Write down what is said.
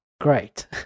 great